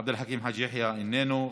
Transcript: עבד אל חכים חאג' יחיא, איננו.